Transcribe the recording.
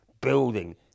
building